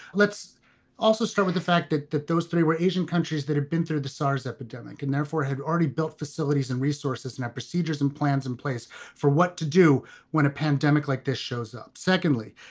let's also start with the fact that that those three were asian countries that had been through the sars epidemic and therefore had already built facilities and resources and procedures and plans in place for what to do when a pandemic like this shows up. secondly,